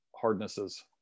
hardnesses